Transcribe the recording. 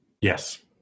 Yes